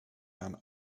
man